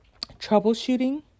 troubleshooting